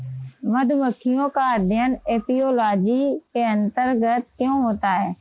मधुमक्खियों का अध्ययन एपियोलॉजी के अंतर्गत क्यों होता है?